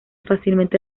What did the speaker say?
fácilmente